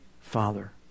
Father